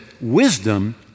wisdom